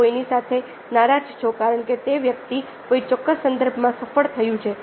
તમે કોઈની સાથે નારાજ છો કારણ કે તે વ્યક્તિ કોઈ ચોક્કસ સંદર્ભમાં સફળ થયું છે